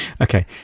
Okay